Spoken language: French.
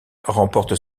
remporte